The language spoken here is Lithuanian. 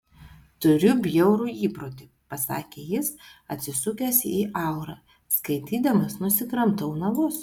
turiu bjaurų įprotį pasakė jis atsisukęs į aurą skaitydamas nusikramtau nagus